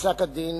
בפסק-הדין